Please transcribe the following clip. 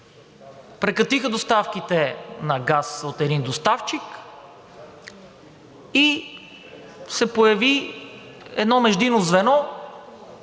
прекратиха доставките на газ от един доставчик и се появи едно междинно звено